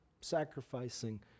Sacrificing